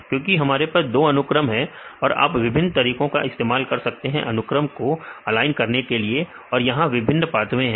क्योंकि हमारे पास दो अनुक्रम हैं और आप विभिन्न तरीकों का इस्तेमाल कर सकते हैं अनुक्रम को ऑलाइन करने के लिए और यहां विभिन्न पाथवे है